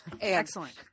Excellent